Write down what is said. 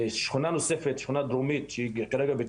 זו שכונה שהיא משווקת,